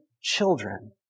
children